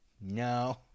No